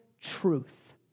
truth